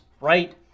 right